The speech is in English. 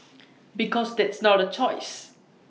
because that's not A choice